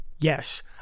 Yes